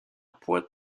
point